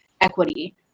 equity